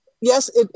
yes